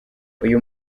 uyu